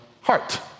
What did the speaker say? heart